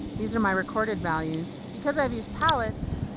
these are my recorded values. because i've used palettes,